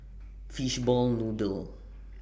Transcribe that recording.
Fishball Noodle